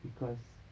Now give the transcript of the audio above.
because